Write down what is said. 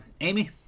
Amy